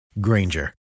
granger